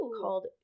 called